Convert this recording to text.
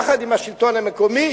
יחד עם השלטון המקומי,